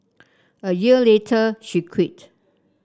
a year later she quit